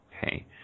Okay